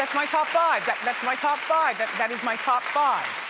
like my top five. that's my top five. that that is my top five.